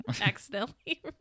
Accidentally